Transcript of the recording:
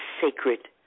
sacred